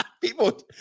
People